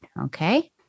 Okay